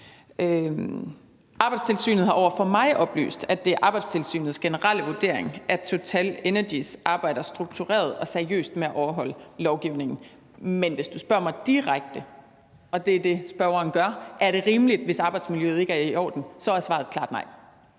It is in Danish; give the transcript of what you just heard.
Arbejdstilsynet har over for mig oplyst, at det er Arbejdstilsynets generelle vurdering, at TotalEnergies arbejder struktureret og seriøst med at overholde lovgivningen. Men hvis du spørger mig direkte, og det er det, spørgeren gør, om det er rimeligt, hvis arbejdsmiljøet ikke er i orden, så er svaret klart nej.